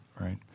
Right